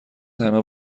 تنها